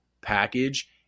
package